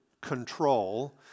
control